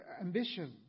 ambition